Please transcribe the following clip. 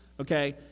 okay